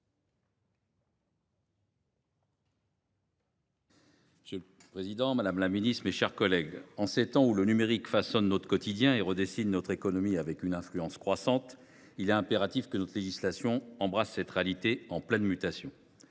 Monsieur le président, madame la secrétaire d’État, mes chers collègues, le numérique façonne notre quotidien et redessine notre économie avec une influence croissante : il est impératif que notre législation embrasse cette réalité. Le texte que nous